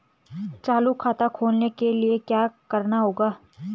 चालू खाता खोलने के लिए क्या करना होगा?